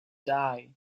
die